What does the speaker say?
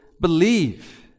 believe